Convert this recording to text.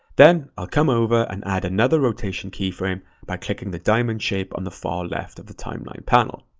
then, i'll come over and add another rotation keyframe by clicking the diamond shape on the far left of the timeline panel.